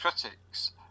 critics